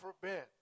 forbid